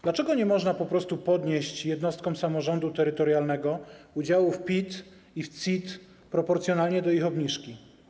Dlaczego nie można po prostu zwiększyć jednostkom samorządu terytorialnego udziałów w PIT i w CIT proporcjonalnie do ich obniżki?